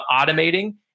automating